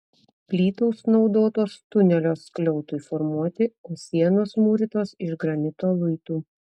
plytos naudotos tunelio skliautui formuoti o sienos mūrytos iš granito luitų